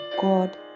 God